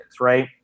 right